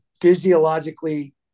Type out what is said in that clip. physiologically –